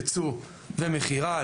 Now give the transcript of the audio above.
ייצוא ומכירה,